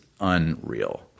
unreal